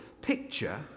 picture